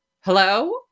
hello